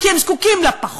כי הם זקוקים לה פחות,